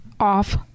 Off